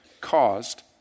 caused